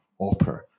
opera